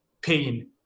pain